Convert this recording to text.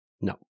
No